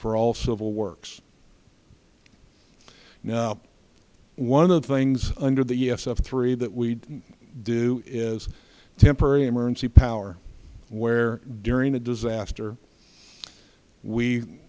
for all civil works now one of the things under the s f three that we do is temporary emergency power where during a disaster